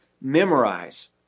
memorize